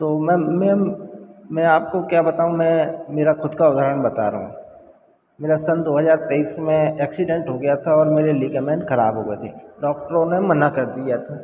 तो ma'am ma'am मैं आपको क्या बताऊँ मैं मेरा खुद का उदाहरण बता रहा हूँ मेरा सन दो हज़ार तेइस में एक्सीडेंट हो गया था और मेरे लीगामेंट खराब हो गए थे डॉक्टरों ने मना कर दिया था